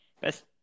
best